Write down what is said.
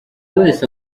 wese